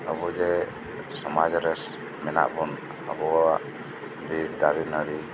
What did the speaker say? ᱟᱵᱩᱡᱮ ᱥᱚᱢᱟᱡ ᱨᱮ ᱢᱮᱱᱟᱜ ᱵᱩᱱ ᱟᱵᱩᱣᱟᱜ ᱵᱤᱨ ᱫᱟᱨᱮ ᱱᱟᱹᱬᱤ